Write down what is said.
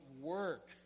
work